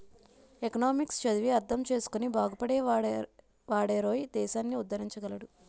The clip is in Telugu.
ఎకనామిక్స్ చదివి అర్థం చేసుకుని బాగుపడే వాడేరోయ్ దేశాన్ని ఉద్దరించగలడు